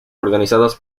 organizadas